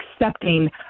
accepting